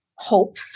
hope